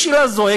יש שאלה שזועקת: